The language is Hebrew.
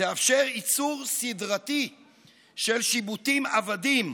תאפשר ייצור סדרתי של שיבוטים עבדים,